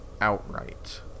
outright